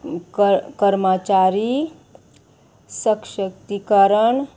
कर्मचारी सशक्तीकरण